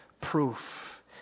proof